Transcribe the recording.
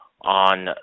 on